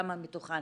כמה מתוכן.